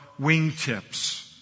wingtips